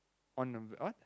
on number what